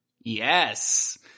Yes